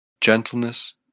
gentleness